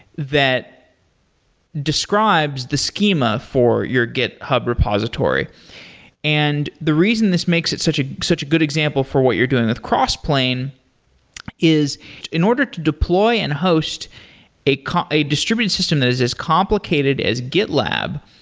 that describes the schema for your github repository and the reason this makes it such a such a good example for what you're doing with crossplane is in order to deploy and host a kind of a distributed system that is as complicated as gitlab,